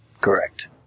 Correct